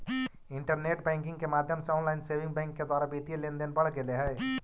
internet banking के माध्यम से ऑनलाइन सेविंग बैंक के द्वारा वित्तीय लेनदेन बढ़ गेले हइ